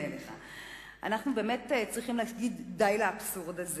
אנחנו באמת צריכים להגיד די לאבסורד הזה